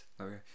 okay